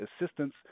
assistance